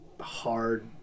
hard